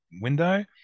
window